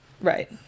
Right